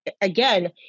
Again